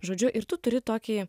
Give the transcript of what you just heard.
žodžiu ir tu turi tokį